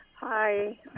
Hi